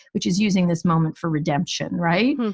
which is using this moment for redemption. right.